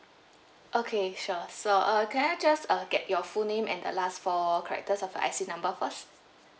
okay sure so uh can I just uh get your full name and the last four characters of your I_C number first